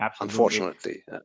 unfortunately